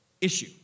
issue